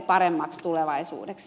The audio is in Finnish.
arvoisa puhemies